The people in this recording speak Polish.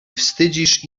wstydzisz